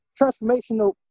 transformational